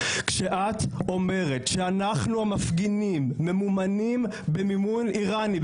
כשאת אומרת שאנחנו המפגינים ממומנים במימון אירני,